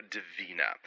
Divina